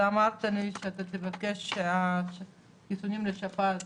אתה אמרת לי שאתה תבקש שהחיסונים לשפעת